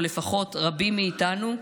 או לפחות רבים מאיתנו,